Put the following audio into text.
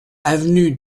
avenue